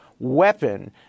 weapon